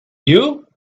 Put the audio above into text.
you